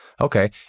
Okay